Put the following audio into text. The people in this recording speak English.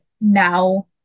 now